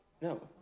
No